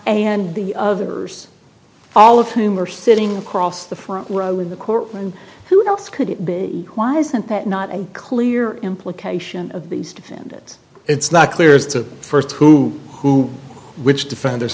and the others all of whom are sitting across the front row in the court room who else could it be why isn't that not a clear implication of these defendants it's not clear as to first who who which defenders